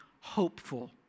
hopeful